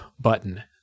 button